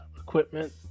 equipment